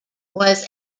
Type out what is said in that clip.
was